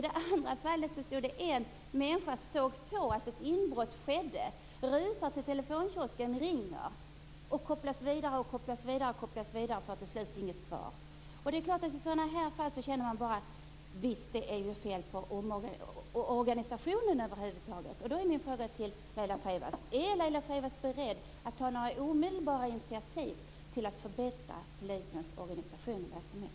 I det andra fallet var det en person som såg att ett inbrott skedde. Den här personen rusade till en telefonkiosk för att ringa men kopplades bara vidare för att till slut inte få något svar. I sådana här fall känner man att det är fel på organisationen över huvud taget. Är Laila Freivalds beredd att omedelbart ta initiativ för att förbättra polisens organisation och verksamhet?